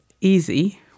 easy